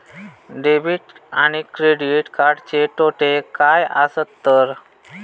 Debit आणि credit कार्डचे तोटे काय आसत तर?